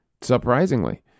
surprisingly